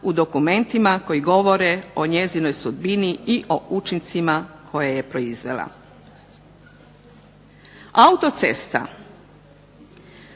u dokumentima koji govore o njezinoj sudbini i o učincima koje je proizvela. Autocesta